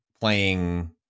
playing